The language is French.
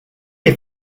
est